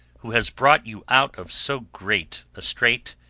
who has brought you out of so great a strait,